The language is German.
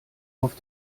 auf